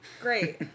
Great